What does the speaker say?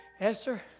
Esther